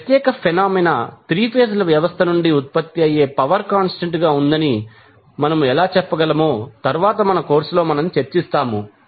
ఈ ప్రత్యేక phenomena 3 phase ల వ్యవస్థ నుండి ఉత్పత్తి అయ్యే పవర్ కాంస్టంట్ గా ఉందని మనము ఎలా చెప్పగలమో తరువాత మన కోర్సులో చర్చిస్తాము